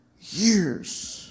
years